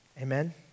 Amen